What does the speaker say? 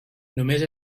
només